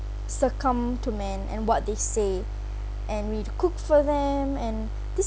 succumb to men and what they say and we've to cook for them and this